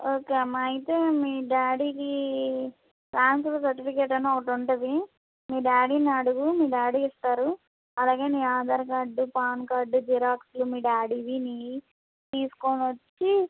okay అమ్మ అయితే మీ డాడీకి ట్రాన్స్ఫర్ సర్టిఫికేట్ అని ఒకటి ఉంటుంది మీ డాడీని అడుగు మీ డాడీ ఇస్తారు అలాగే మీ ఆధార్ కార్డు పాన్ కార్డు జిరాక్స్లు మీ డాడీవి నీవి తీసుకోని వచ్చి